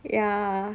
ya